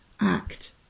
act